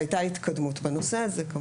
והייתה התקדמות בנושא הזה.